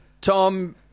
Tom